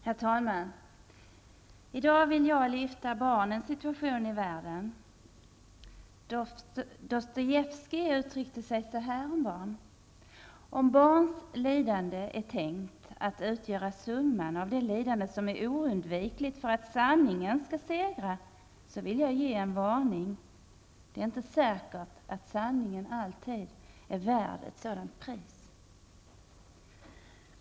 Herr talman! I dag vill jag dryfta barnens situation i världen. Dostojevskij uttrycke sig så här om barn: ''Om barns lidande är tänkt att utgöra summan av det lidande som är oundvikligt för att sanningen skall segra, så vill jag ge en varning: Det är inte säkert att sanningen alltid är värd ett sådant pris.''